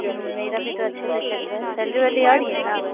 हूँ मेरा भी तो अच्छे से चल रहा है सैलरी वैलरी आ रही है ना